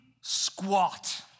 squat